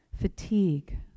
Fatigue